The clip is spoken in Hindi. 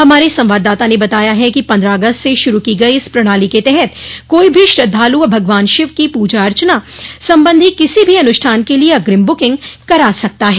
हमारे संवाददाता ने बताया है कि पन्द्रह अगस्त से शुरू की गई इस प्रणाली के तहत कोई भी श्रद्धालु अब भगवान शिव की पूजा अर्चना संबंधी किसी भी अनुष्ठान के लिए अग्रिम बुकिंग करा सकता है